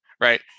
Right